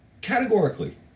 Categorically